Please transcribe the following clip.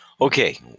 Okay